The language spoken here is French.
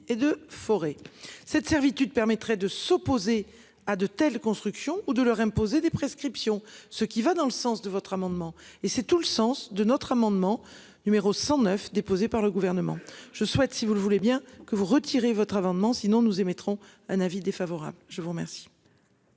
et de forêts cette servitude permettrait de s'opposer à de telles constructions ou de leur imposer des prescriptions. Ce qui va dans le sens de votre amendement et c'est tout le sens de notre amendement numéro 109 déposée par le gouvernement, je souhaite si vous le voulez bien, que vous retirez votre amendement sinon nous émettrons un avis défavorable je vous remercie.